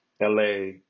LA